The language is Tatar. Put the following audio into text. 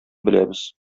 беләбез